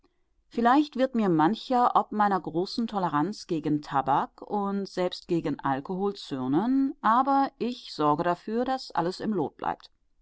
vielleicht wird mir mancher ob meiner großen toleranz gegen tabak und selbst gegen alkohol zürnen aber ich sorge dafür daß alles im lot bleibt